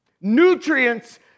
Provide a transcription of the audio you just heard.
nutrients